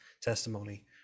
testimony